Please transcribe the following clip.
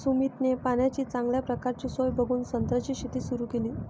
सुमितने पाण्याची चांगल्या प्रकारची सोय बघून संत्र्याची शेती सुरु केली